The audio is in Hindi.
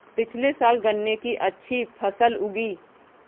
पिछले साल गन्ने की अच्छी फसल उगी